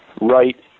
right